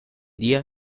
día